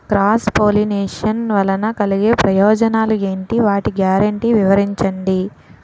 Cross pollination వలన కలిగే ప్రయోజనాలు ఎంటి? వాటి గ్యారంటీ వివరించండి?